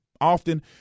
often